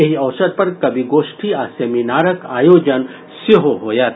एहि अवसर पर कवि गोष्ठी आ सेमिनारक आयोजन सेहो होयत